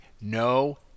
no